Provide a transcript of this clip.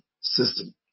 system